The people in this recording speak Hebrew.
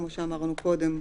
כמו שאמרנו קודם,